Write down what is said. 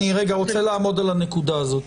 אני רגע רוצה לעמוד על הנקודה הזאת.